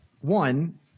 one